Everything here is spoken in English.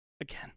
again